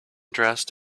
dressed